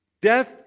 Death